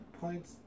points